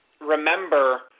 remember